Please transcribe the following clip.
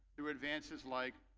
through advances like,